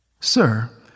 Sir